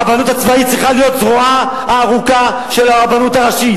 הרבנות הצבאית צריכה להיות זרועה הארוכה של הרבנות הראשית.